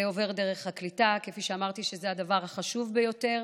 והקליטה, שכפי שאמרתי, זה הדבר החשוב ביותר.